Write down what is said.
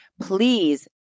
Please